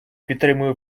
підтримую